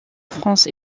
france